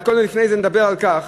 אבל לפני זה נדבר על כך